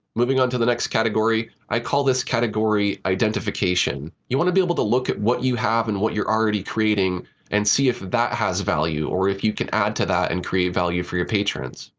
moving on to the next category. i call this category identification. you want to be able to look at what you have and what you're already creating and see if that has value, or if you can add to that and create value for your patrons.